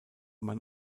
man